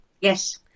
yes